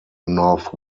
north